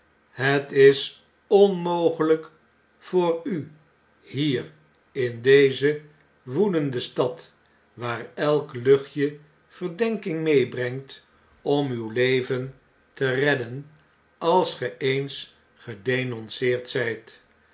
het is onmogelijk voor u hier in deze woedende stad waar elk luchtje verdenking meebrengt om uw leven te redden als ge eens gedenonceerd zp